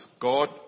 God